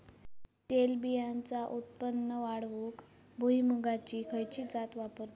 तेलबियांचा उत्पन्न वाढवूक भुईमूगाची खयची जात वापरतत?